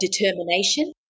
determination